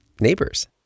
neighbors